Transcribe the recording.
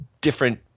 different